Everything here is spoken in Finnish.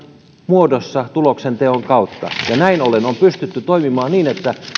muodossa tuloksenteon kautta näin ollen on pystytty toimimaan niin että